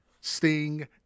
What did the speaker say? Sting